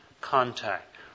contact